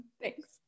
Thanks